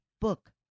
book